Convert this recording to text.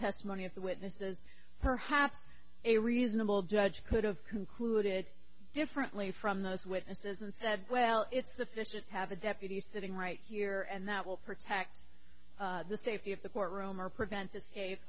testimony of the witnesses perhaps a reasonable judge could have concluded differently from those witnesses and said well it's sufficient to have a deputy sitting right here and that will protect the safety of the courtroom or prevent escape